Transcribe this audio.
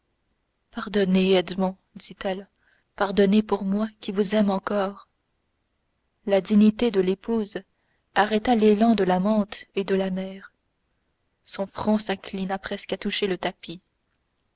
pardonnez edmond dit-elle pardonnez pour moi qui vous aime encore la dignité de l'épouse arrêta l'élan de l'amante et de la mère son front s'inclina presque à toucher le tapis